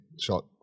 shot